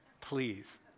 please